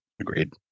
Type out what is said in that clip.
Agreed